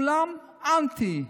כולן אנטי,